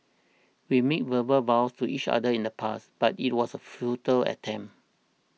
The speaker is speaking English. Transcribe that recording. we made verbal vows to each other in the past but it was a futile attempt